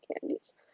candies